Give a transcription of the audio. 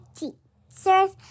teachers